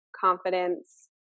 confidence